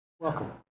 Welcome